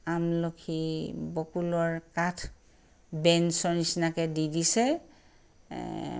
আমলখি বকুলৰ কাঠ বেঞ্চৰ নিচিনাকৈ দি দিছে